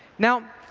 now,